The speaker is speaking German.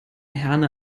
herne